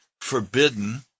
forbidden